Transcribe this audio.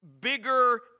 bigger